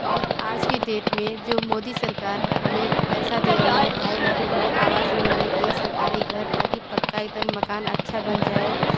और आज की डेट में जो मोदी सरकार हमें पैसा दे रहे हैं ढाई लाख रुपए आवास बनवाने के लिए सरकारी घर ताकि पक्का एकदम मकान अच्छा बन जाए